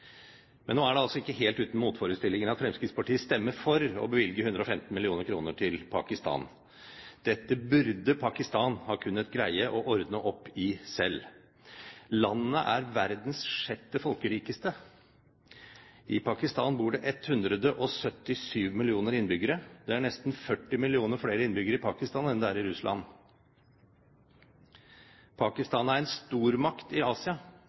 Men nå er det ikke helt uten motforestillinger at Fremskrittspartiet stemmer for å bevilge 115 mill. kr til Pakistan. Dette burde Pakistan ha kunnet greie å ordne opp i selv. Landet er verdens sjette folkerikeste. I Pakistan bor det 177 millioner innbyggere. Det er nesten 40 millioner flere innbyggere i Pakistan enn det er i Russland. Pakistan er en stormakt i Asia.